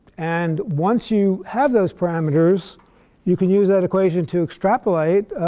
and once you have those parameters you can use that equation to extrapolate,